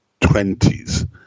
20s